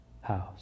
house